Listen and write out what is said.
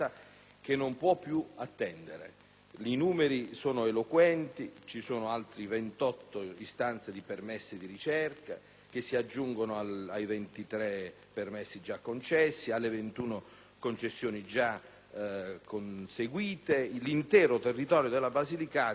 che non può più attendere. I numeri sono eloquenti: ci sono altre 28 istanze di permessi di ricerca, che si aggiungono ai 23 permessi già concessi e alle 21 concessioni già conseguite. L'intero territorio della Basilicata